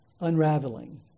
unraveling